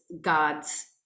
god's